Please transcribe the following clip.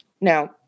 Now